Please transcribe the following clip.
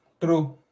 True